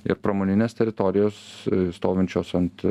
ir pramoninės teritorijos stovinčios ant